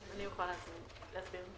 אני יכולה להסביר.